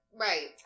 Right